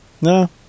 No